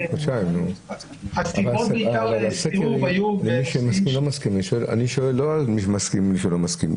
בנושאים --- אני לא שואל על מסכימים או לא מסכימים.